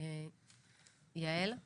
יעל?